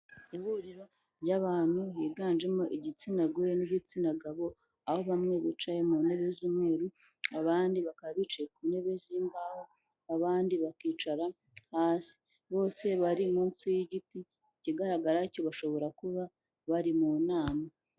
Ihuriro ry'abantu biganjemo igitsina gore n'igitsina gabo, aho bamwe bicaye mu ntebe z'umweru, abandi bakaba bicaye ku ntebe z'imbaho, abandi bakicara hasi. Bose bari munsi y'igiti, ikigaragara cyo bashobora kuba bari mu nama.